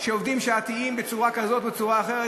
שעובדים שעתיים בצורה כזאת ובצורה אחרת,